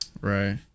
Right